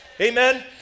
Amen